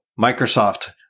Microsoft